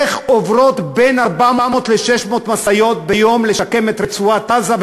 איך עוברות בין 400 ל-600 משאיות ביום לשקם את רצועת-עזה,